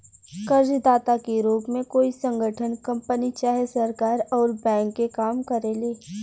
कर्जदाता के रूप में कोई संगठन, कंपनी चाहे सरकार अउर बैंक के काम करेले